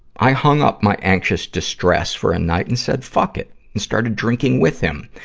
i hung up my anxious distress for a night and said, fuck it and started drinking with him.